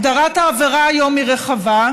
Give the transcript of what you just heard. הגדרת העבירה היום היא רחבה,